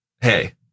hey